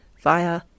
via